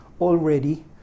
already